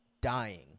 dying